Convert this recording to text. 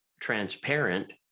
transparent